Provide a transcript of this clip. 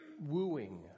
wooing